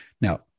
Now